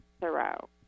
thorough